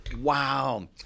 Wow